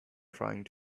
trying